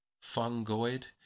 Fungoid